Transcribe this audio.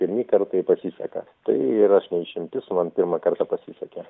pirmi kartai pasiseka tai ir aš ne išimtis man pirmą kartą pasisekė